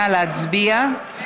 נא להצביע.